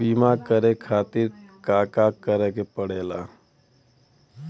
बीमा करे खातिर का करे के पड़ेला?